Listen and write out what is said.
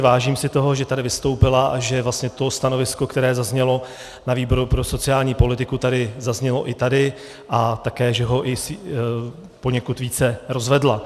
Vážím si toho, že tady vystoupila a že stanovisko, které zaznělo na výboru pro sociální politiku, zaznělo i tady a také že ho poněkud více rozvedla.